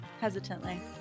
hesitantly